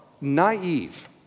naive